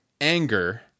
anger